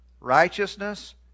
righteousness